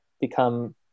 become